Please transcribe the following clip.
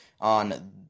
on